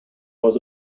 was